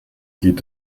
geht